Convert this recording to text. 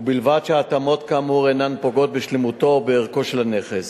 ובלבד שההתאמות כאמור אינן פוגעות בשלמותו או בערכו של הנכס.